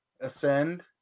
ascend